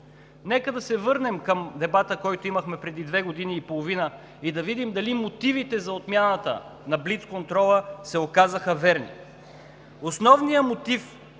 Нека да се върнем към дебата, който имахме преди две години и половина, и да видим дали мотивите за отмяната на блицконтрола се оказаха верни.